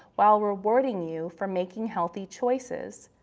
while rewarding you for making healthy choices.